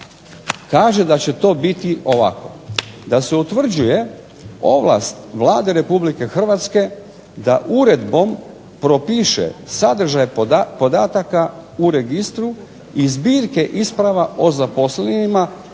kaže da će to biti ovako, da se utvrđuje ovlast Vlade Republike Hrvatske da uredbom propiše sadržaj podataka u registru i zbirke isprava o zaposlenima,